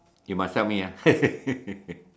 you must help me ah